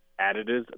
additives